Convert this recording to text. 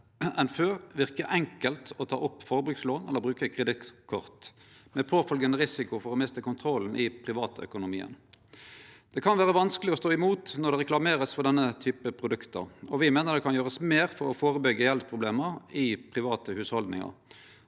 enn før virke enkelt å ta opp forbrukslån eller å bruke kredittkort, med påfølgjande risiko for å miste kontrollen i privatøkonomien. Det kan vere vanskeleg å stå imot når det vert reklamert for denne typen produkt, og me meiner det kan gjerast meir for å førebyggje gjeldsproblem i private hushald, og